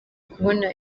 kubona